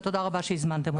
ותודה רבה שהזמנתם אותנו.